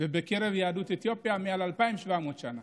ובקרב יהדות אתיופיה, מעל 2,700 שנה,